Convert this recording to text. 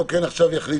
צריך לחשוב